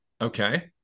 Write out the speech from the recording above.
Okay